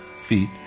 feet